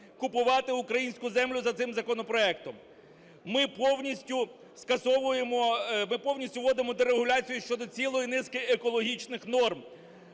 купувати українську землю за цим законопроектом. Ми повністю скасовуємо… ми повністю вводимо дерегуляцію щодо цілої низки екологічних норм.